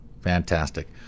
Fantastic